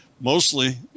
Mostly